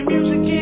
Music